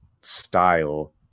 style